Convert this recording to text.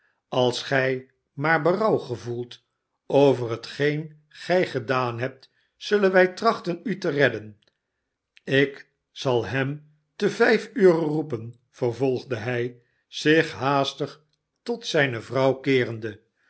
als gij maar berouw gevoelt over hetgeen gij gedaan hebt zullen wij trachten u te redden ik zal hem ten vijf ure roepen vervolgde hij zich haastig tot zijne vrouw keerende